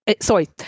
Sorry